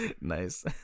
Nice